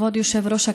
כבוד היושב-ראש,